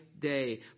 day